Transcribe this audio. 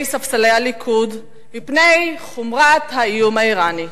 ספסלי הליכוד מפני חומרת האיום האירני.